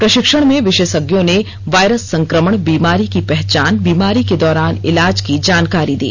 प्रशिक्षण में विषेषज्ञों ने वायरस संकमण बीमारी की पहचान बीमारी के दौरान इलाज की जानकारी दी